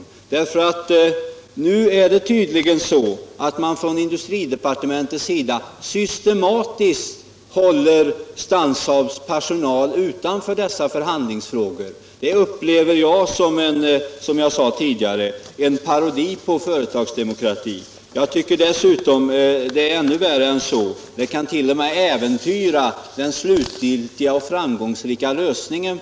Nu håller tydligen industridepartementet systematiskt Stansaabs personal utanför förhandlingarna, och det upplever jag, som sagt, som en parodi på företagsdemokrati. Det är värre än så, för det kan t.o.m. äventyra den slutliga och framgångsrika lösningen.